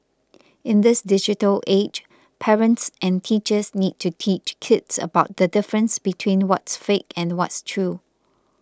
in this digital age parents and teachers need to teach kids about the difference between what's fake and what's true